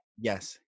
Yes